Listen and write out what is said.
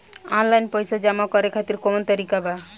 Online पइसा जमा करे खातिर कवन तरीका बा?